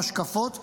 ההשקפות,